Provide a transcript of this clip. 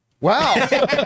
wow